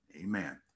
Amen